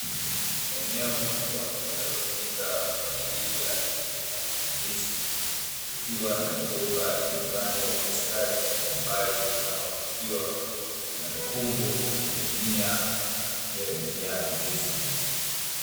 Eneo kubwa linalotumika kwa ajili ya kilimo cha ndizi, likiwa na migomba imepandwa kwa ustadi kwa umbali unaotakiwa na mikungu ikining’inia ikiwa imejaa ndizi.